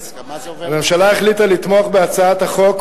הממשלה החליטה לתמוך בהצעת החוק,